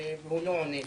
הוא לא עונה לי.